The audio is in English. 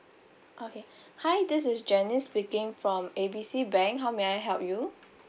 okay hi this is janice speaking from A B C bank how may I help you